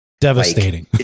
devastating